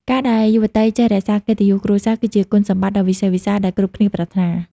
ការដែលយុវតីចេះ "រក្សាកិត្តិយសគ្រួសារ" គឺជាគុណសម្បត្តិដ៏វិសេសវិសាលដែលគ្រប់គ្នាប្រាថ្នា។